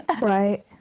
Right